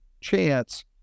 chance